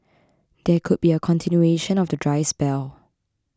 there could be a continuation of the dry spell